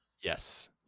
Yes